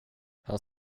han